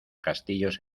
castillos